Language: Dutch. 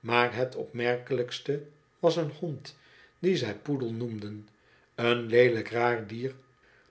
maar het opmerkelijkste was een hond dien zij poedel noemden een leelijk raar dier